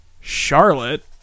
Charlotte